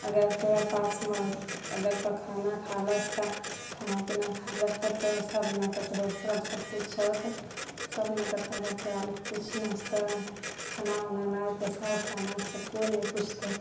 अगर तोरा पासमे अगर तौं खाना खा लेै छौं तऽ खाना पीना खा लै छऽ तऽ तोरा सब पुछतौ खाना उना नइ पैसा वैसा नहि तऽ कोइ नहि पुछतौ